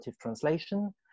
translation